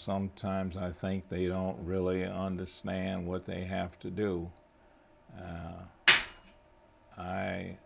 sometimes i think they don't really understand what they have to do i